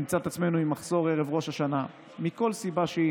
נמצא את עצמנו עם מחסור ערב ראש השנה מכל סיבה שהיא,